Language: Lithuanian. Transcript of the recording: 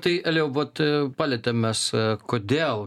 tai elijau vat palietėm mes kodėl